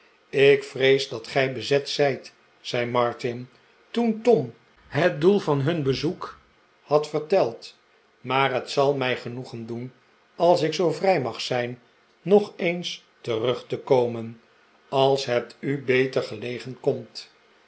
ik vrees dat gij bezet zijt zei martin toen tom het doel van hun bezoek had verteld maar het zal mij genoegen doen als ik zoo vrij mag zijn nog eens terug te komen als het u beter gelegen komt